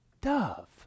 dove